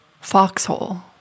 Foxhole